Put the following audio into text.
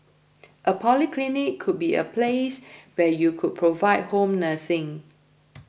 a polyclinic could be a place where you could provide home nursing